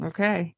Okay